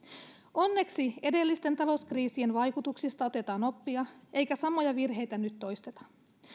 onneksi edellisten talouskriisien vaikutuksista otetaan oppia eikä samoja virheitä nyt toisteta